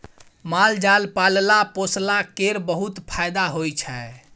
माल जाल पालला पोसला केर बहुत फाएदा होइ छै